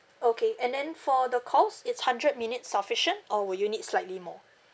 okay and then for the calls is hundred minutes sufficient or would you need slightly more